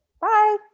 Bye